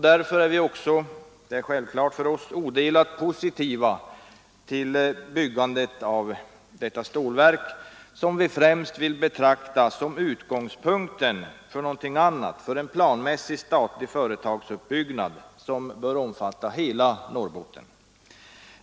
Därför är vi självklart odelat positiva till byggandet av detta stålverk, som vi främst vill betrakta som utgångspunkten för en planmässig statlig företagsuppbyggnad, som måste omfatta hela Norrbotten.